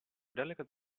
delicate